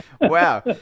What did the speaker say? wow